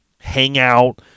hangout